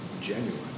genuine